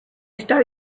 start